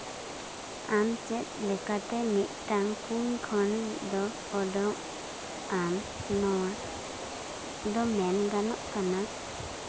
ᱟᱢ ᱪᱮᱫ ᱞᱮᱠᱟᱛᱮ ᱢᱤᱫᱴᱟᱱ ᱠᱩᱸᱧ ᱠᱷᱚᱱ ᱫᱚ ᱚᱰᱚᱜ ᱟᱱ ᱱᱚᱣᱟ ᱫᱚ ᱢᱮᱱ ᱜᱟᱱᱚᱜ ᱠᱟᱱᱟ